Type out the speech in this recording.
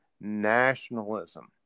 nationalism